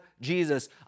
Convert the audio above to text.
Jesus